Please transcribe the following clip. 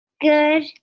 Good